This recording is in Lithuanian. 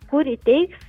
kur įteiks